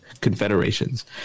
Confederations